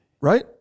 Right